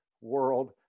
world